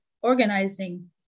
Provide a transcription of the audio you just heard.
organizing